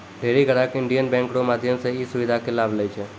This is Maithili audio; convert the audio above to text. ढेरी ग्राहक इन्डियन बैंक रो माध्यम से ई सुविधा के लाभ लै छै